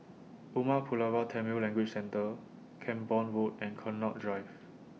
Umar Pulavar Tamil Language Centre Camborne Road and Connaught Drive